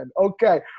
Okay